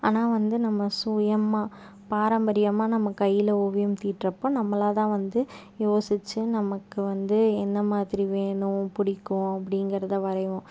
ஆனால் வந்து நம்ம சுயமாக பாரம்பரியமாக நம்ம கையில் ஓவியம் தீட்டுறப்ப நம்மளாக தான் வந்து யோசித்து நமக்கு வந்து என்ன மாதிரி வேணும் பிடிக்கும் அப்படிங்குறத வரைவோம்